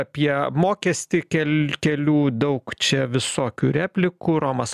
apie mokestį kel kelių daug čia visokių replikų romas